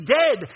dead